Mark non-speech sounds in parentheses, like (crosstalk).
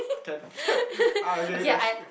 can (laughs) ah okay that's uh